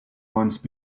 once